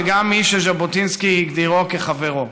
וגם מי שז'בוטינסקי הגדירו כחברו.